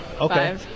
Okay